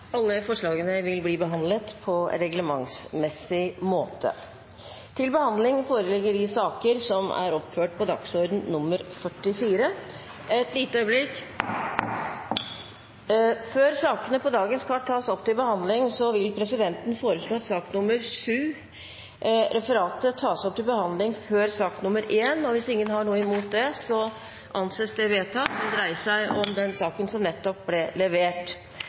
Forslagene vil bli behandlet på reglementsmessig måte. Før sakene på dagens kart tas opp til behandling, vil presidenten foreslå at sak nr. 7 – Referat – tas opp til behandling før sak nr. 1. Det dreier seg om den proposisjonen som nettopp ble levert. – Det anses vedtatt. Som annonsert skal Stortinget nå behandle Dokument 1, som